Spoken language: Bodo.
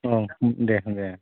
अ दे दे दे